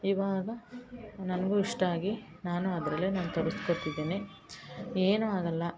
ಇವಾಗ ನನಗೂ ಇಷ್ಟ ಆಗಿ ನಾನು ಅದರಲ್ಲೇ ನಾನು ತರಸ್ಕೊತಿದ್ದೀನಿ ಏನು ಆಗಲ್ಲ